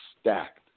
stacked